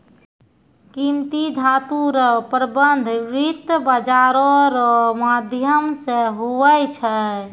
कीमती धातू रो प्रबन्ध वित्त बाजारो रो माध्यम से हुवै छै